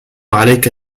عليك